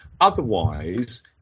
otherwise